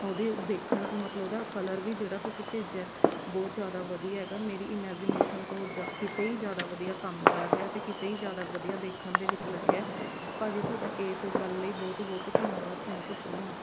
ਉਹਦੀ ਦੇਖਣ ਮਤਲਬ ਉਹਦਾ ਕਲਰ ਵੀ ਜਿਹੜਾ ਤੁਸੀਂ ਭੇਜਿਆ ਬਹੁਤ ਜ਼ਿਆਦਾ ਵਧੀਆ ਹੈਗਾ ਮੇਰੀ ਇਮੈਜੀਨੇਸ਼ਨ ਤੋਂ ਜ ਕਿਤੇ ਹੀ ਜ਼ਿਆਦਾ ਵਧੀਆ ਕੰਮ ਕਰ ਰਿਹਾ ਅਤੇ ਕਿਤੇ ਹੀ ਜ਼ਿਆਦਾ ਵਧੀਆ ਦੇਖਣ ਦੇ ਵਿੱਚ ਲੱਗਿਆ ਭਾਅ ਜੀ ਤੁਹਾਡਾ ਇਸ ਗੱਲ ਲਈ ਬਹੁਤ ਬਹੁਤ ਧੰਨਵਾਦ ਥੈਂਕ ਯੂ ਸੋ ਮਚ